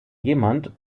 jemand